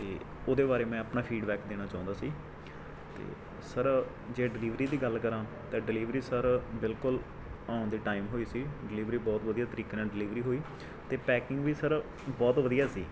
ਅਤੇ ਉਹਦੇ ਬਾਰੇ ਮੈਂ ਆਪਣਾ ਫੀਡਵੈਕ ਦੇਣਾ ਚਾਹੁੰਦਾ ਸੀ ਅਤੇ ਸਰ ਜੇ ਡਲਿਵਰੀ ਦੀ ਗੱਲ ਕਰਾਂ ਤਾਂ ਡਲਿਵਰੀ ਸਰ ਬਿਲਕੁਲ ਓਨ ਦੀ ਟਾਇਮ ਹੋਈ ਸੀ ਡਲਿਵਰੀ ਬਹੁਤ ਵਧੀਆ ਤਰੀਕੇ ਨਾਲ ਡਲਿਵਰੀ ਹੋਈ ਅਤੇ ਪੈਕਿੰਗ ਵੀ ਸਰ ਬਹੁਤ ਵਧੀਆ ਸੀ